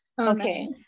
okay